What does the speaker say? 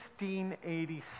1686